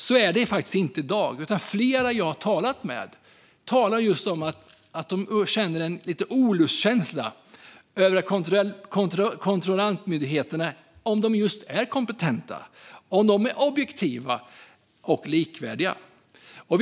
Så är det faktiskt inte i dag, utan flera jag har talat med talar just om att de upplever en olustkänsla gällande om myndigheternas kontrollanter är kompetenta och objektiva och gör likvärdiga bedömningar.